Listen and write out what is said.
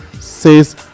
says